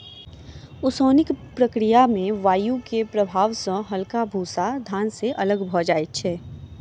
ओसौनिक प्रक्रिया में वायु के प्रभाव सॅ हल्का भूस्सा धान से अलग भअ जाइत अछि